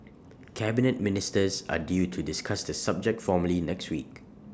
Cabinet Ministers are due to discuss the subject formally next week